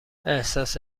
احساس